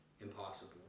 impossible